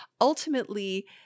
Ultimately